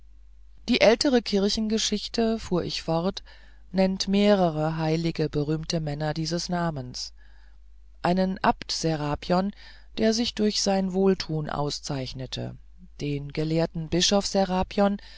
die ältere kirchengeschichte fuhr ich fort nennt mehrere heilige berühmte männer dieses namens einen abt serapion der sich durch sein wohltun auszeichnete den gelehrten bischof serapion